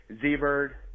Z-Bird